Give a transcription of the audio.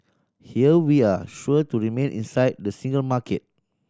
here we're sure to remain inside the single market